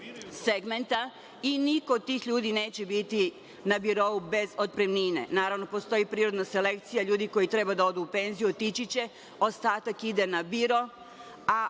segmenta i niko od tih ljudi neće biti na birou bez otpremnine. Naravno, postoji prirodna selekcija ljudi koji treba da odu u penziju, otići će, ostatak ide na biro, a